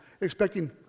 Expecting